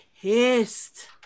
pissed